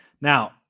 Now